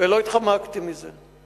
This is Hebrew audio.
ולא התחמקתי מזה.